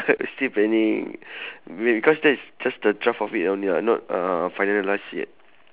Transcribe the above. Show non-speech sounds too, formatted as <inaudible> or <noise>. <laughs> still planning because that's just the draft of it only [what] not uh finalise yet